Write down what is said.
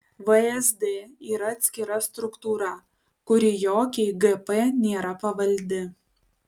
vsd yra atskira struktūra kuri jokiai gp nėra pavaldi